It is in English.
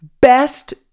best